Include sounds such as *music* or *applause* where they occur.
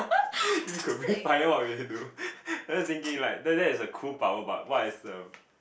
if you could breathe fire what you do *laughs* thinking like that that's cool power but what is the